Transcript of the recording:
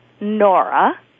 Nora